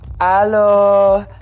Hello